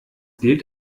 gilt